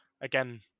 again